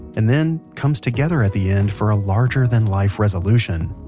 and then comes together at the end for a larger-than-life resolution.